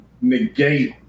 negate